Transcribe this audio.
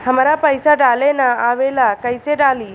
हमरा पईसा डाले ना आवेला कइसे डाली?